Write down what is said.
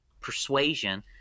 persuasion